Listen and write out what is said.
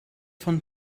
von